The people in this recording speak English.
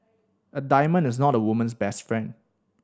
a diamond is not a woman's best friend